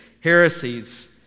heresies